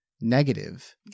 negative